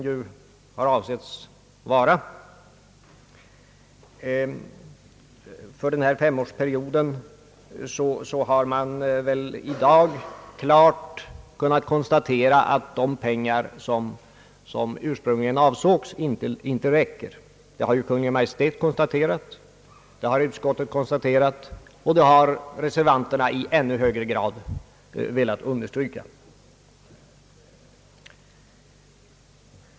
Ja, vi anser att man i dag klart kan konstatera att de pengar inte räcker, som ursprungligen avsågs för 1okaliseringspolitiken under försöksperioden på fem år. Det har Kungl. Maj:t och utskottet konstaterat och reservanterna i ännu högre grad velat understryka.